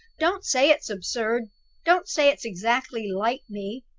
don't say it's absurd don't say it's exactly like me.